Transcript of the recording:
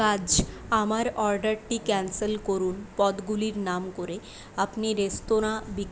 কাজ আমার অর্ডারটি ক্যান্সেল করুন পদ্গুলির নাম করে আপনি রেস্তোরাঁ